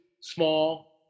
small